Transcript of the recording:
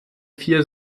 vier